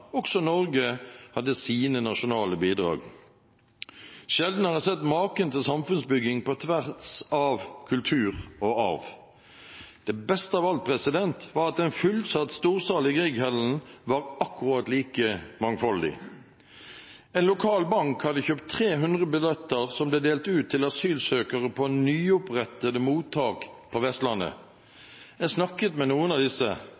også Norge, hadde sine nasjonale bidrag. Sjelden har jeg sett maken til samfunnsbygging på tvers av kultur og arv. Det beste av alt var at en fullsatt storsal i Grieghallen var akkurat like mangfoldig. En lokal bank hadde kjøpt 300 billetter som ble delt ut til asylsøkere på nyopprettede mottak på Vestlandet. Jeg snakket med noen av disse.